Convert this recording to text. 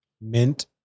Mint